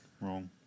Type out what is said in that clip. wrong